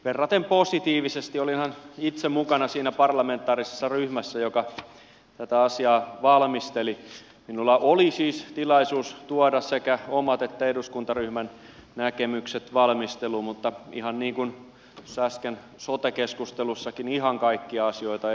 verraten positiivisesti olinhan itse mukana siinä parlamentaarisessa ryhmässä joka tätä asiaa valmisteli minulla oli siis tilaisuus tuoda sekä omat että eduskuntaryhmän näkemykset valmisteluluun mutta ihan niinkuin sääsken sote keskustelussakin ihan kaikkia asioita